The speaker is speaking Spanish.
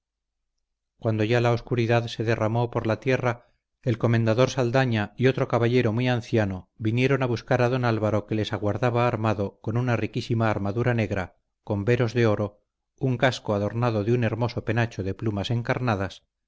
cuando ya la oscuridad se derramó por la tierra el comendador saldaña y otro caballero muy anciano vinieron a buscar a don álvaro que les aguardaba armado con una riquísima armadura negra con veros de oro un casco adornado de un hermoso penacho de plumas encarnadas